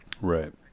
Right